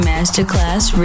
Masterclass